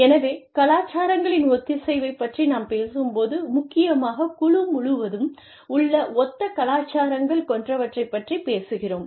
எனவே கலாச்சாரங்களின் ஒத்திசைவைப் பற்றி நாம் பேசும்போது முக்கியமாக குழு முழுவதும் உள்ள ஒத்த கலாச்சாரங்கள் கொண்டவர்களைப் பற்றி பேசுகிறோம்